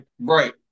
Right